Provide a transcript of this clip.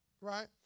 right